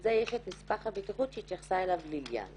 זה יש את נספח הבטיחות שהתייחסה אליו ליליאן